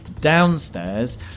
downstairs